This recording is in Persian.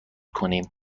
کنیم